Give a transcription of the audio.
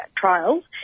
trials